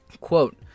Quote